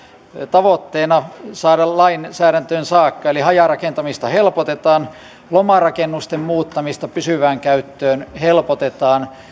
tavoitteena saada lainsäädäntöön saakka eli hajarakentamista helpotetaan lomarakennusten muuttamista pysyvään käyttöön helpotetaan